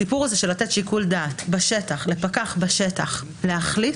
הסיפור הזה של לתת שיקול דעת לפקח בשטח להחליט,